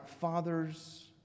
father's